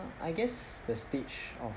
I guess the stage of